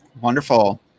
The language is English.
Wonderful